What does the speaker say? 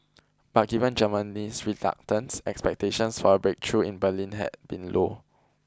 but given Germany's reluctance expectations for a breakthrough in Berlin had been low